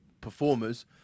performers